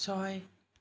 ছয়